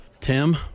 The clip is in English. Tim